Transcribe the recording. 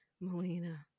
Melina